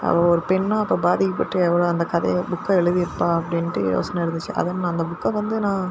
அவள் ஒரு பெண்ணாக அப்போ பாதிக்கப்பட்டு எவ்வளோ அந்த கதையை புக்கை எழுதிருப்பாள் அப்படின்ட்டு யோசனை இருந்துச்சு அதுவும் அந்த புக்கை வந்து நான்